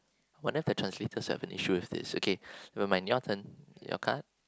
wonder if the translators will have an issue with this okay never mind your turn your card